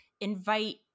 invite